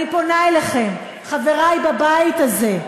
אני פונה אליכם, חברי בבית הזה,